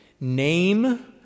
Name